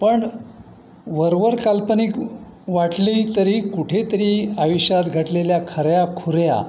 पण वरवर काल्पनिक वाटली तरी कुठेतरी आयुष्यात घटलेल्या खऱ्याखुऱ्या